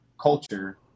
culture